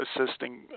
assisting